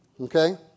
Okay